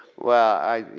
well i